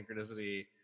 synchronicity